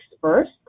first